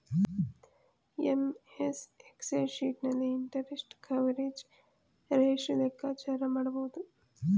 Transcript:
MS excel sheet ನಲ್ಲಿ interest coverage ratio ಲೆಕ್ಕಾಚಾರ ಮಾಡಬಹುದು